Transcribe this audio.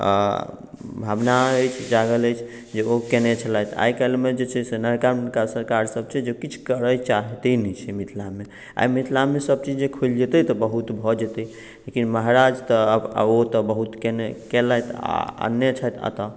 भावना अछि जागल अछि जे ओ कयने छलथि आइकाल्हि मे जे छै से नयका नयका सरकार छै जे किछु करय चाहिते नहि छै मिथिलामे आइ मिथिला मे सबचीज जे खुलि जेतै तऽ बहुत भऽ जेतै लेकिन महाराज तऽ ओ तऽ बहुत कयने केलथि आ आनने छथि एतए